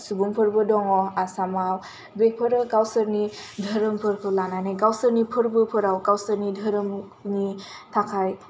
सुबुंफोरबो दङ आसामाव बेफोरो गावसोरनि धोरोमफोरखौ लानानै गावसोरनि फोरबोफोराव गावसोरनि धोरोमनि थाखाय